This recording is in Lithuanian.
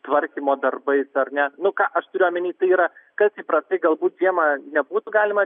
tvarkymo darbais ar ne nu ką aš turiu omeny tai yra kas įprastai galbūt žiemą nebūtų galima